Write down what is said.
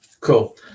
Cool